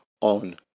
on